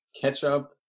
ketchup